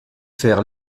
faire